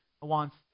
wants